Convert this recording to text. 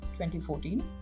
2014